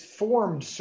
formed